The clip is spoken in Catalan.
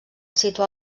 situar